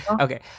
Okay